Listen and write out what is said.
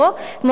כמו כן,